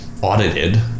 audited